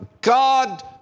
God